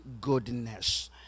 goodness